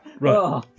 Right